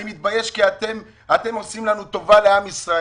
אני מתבייש, כי אתם עושים לנו טובה, לעם ישראל.